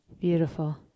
Beautiful